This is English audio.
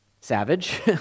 savage